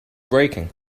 braking